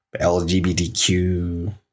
LGBTQ